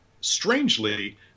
strangely